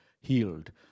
healed